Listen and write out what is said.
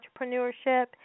entrepreneurship